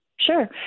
Sure